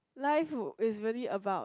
life would is really about